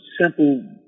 simple